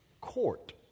court